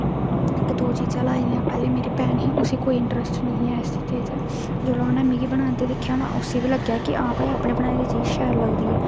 इक दो चीजां लाई दियां पैह्लें मेरी भैन ही उसी कोई इंट्रस्ट नेईं ऐ हा इस चीज़ें च जिसलै उन्नै मिगी बनांदे दिक्खेआ तां उसी बी लग्गेआ कि हां भाई अपनी बनाई दी चीज शैल लगदी ऐ